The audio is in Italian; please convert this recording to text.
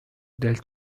del